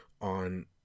on